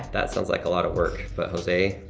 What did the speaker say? that sounds like a lot of work, but jose,